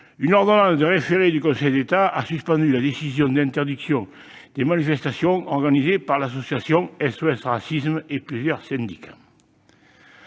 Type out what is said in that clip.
une ordonnance de référé du Conseil d'État a suspendu la décision d'interdiction des manifestations organisées par l'association SOS Racisme et plusieurs syndicats.